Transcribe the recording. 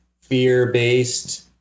fear-based